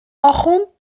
آخوند